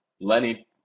Lenny